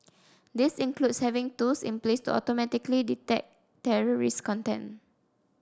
this includes having tools in place to automatically detect terrorist content